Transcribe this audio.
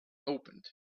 opened